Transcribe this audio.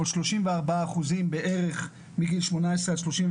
34% בערך מגיל 18-35,